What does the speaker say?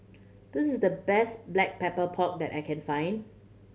this is the best Black Pepper Pork that I can find